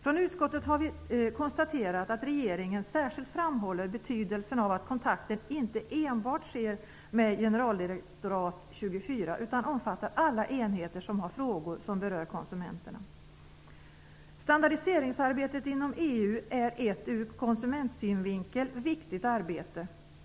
Från utskottet har vi konstaterat att regeringen särskilt framhåller betydelsen av att kontakten inte enbart sker med generaldirektorat XXIV, utan omfattar alla enheter som har frågor som berör konsumenterna. Standardiseringsarbetet inom EU är ett ur konsumentsynvinkel viktigt arbete.